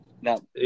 now